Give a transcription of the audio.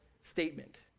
statement